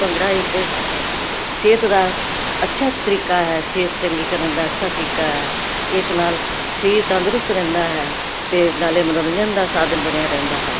ਭੰਗੜਾ ਇੱਕ ਸਿਹਤ ਦਾ ਅੱਛਾ ਤਰੀਕਾ ਹੈ ਸਿਹਤ ਚੰਗੀ ਕਰਨ ਦਾ ਅੱਛਾ ਤਰੀਕਾ ਹੈ ਇਸ ਨਾਲ ਸਰੀਰ ਤੰਦਰੁਸਤ ਰਹਿੰਦਾ ਹੈ ਤੇ ਨਾਲੇ ਮਨੋਰੰਜਨ ਦਾ ਸਾਧਨ ਬਣਿਆ ਰਹਿੰਦਾ ਹੈ